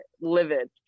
livid